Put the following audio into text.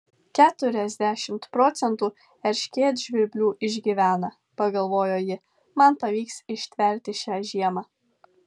keturiasdešimt procentų erškėtžvirblių išgyvena pagalvojo ji man pavyks ištverti šią žiemą